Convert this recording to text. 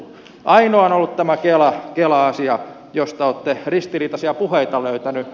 ainoa on ollut tämä kela asia josta olette ristiriitaisia puheita löytäneet